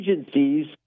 agencies